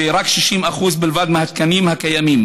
ורק ב-60% מהתקנים הקיימים.